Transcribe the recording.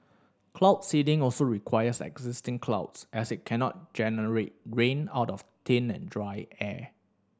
cloud seeding also requires existing clouds as it cannot generate rain out of thin and dry air